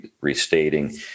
restating